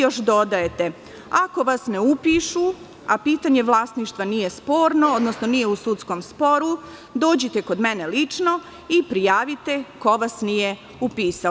Još dodajete -ako vas ne upišu a pitanje vlasništva nije sporno odnosno nije u sudskom sporu, dođite kod mene lično i prijavite ko vas nije upisao.